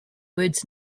words